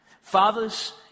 Fathers